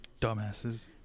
Dumbasses